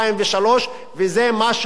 וזה מה שהוא עושה הפעם.